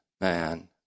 man